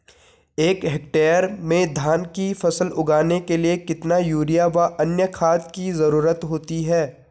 एक हेक्टेयर में धान की फसल उगाने के लिए कितना यूरिया व अन्य खाद की जरूरत होती है?